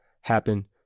happen